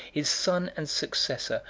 his son and successor,